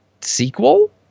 sequel